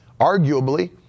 arguably